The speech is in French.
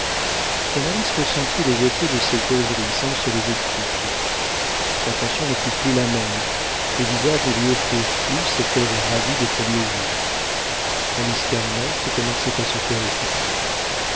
ressentit les effets de ces causeries sans se les expliquer l'attention ne fut plus la même les visages ne lui offrirent plus cet air ravi des premiers jours tandis qu'ernest commençait à se faire écouter